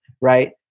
right